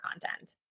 content